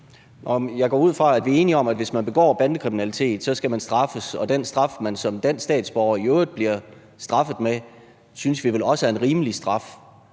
Jeg går ud fra, at vi er enige om, at hvis man begår bandekriminalitet, så skal man straffes, og den straf, man som dansk statsborger i øvrigt bliver straffet med, synes vi vel også er en rimelig straf.